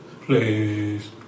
please